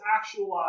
actualized